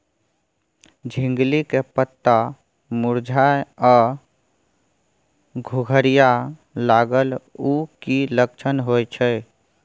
झिंगली के पत्ता मुरझाय आ घुघरीया लागल उ कि लक्षण होय छै?